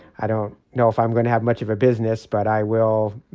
i don't know if i'm going to have much of a business, but i will,